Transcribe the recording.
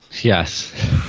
yes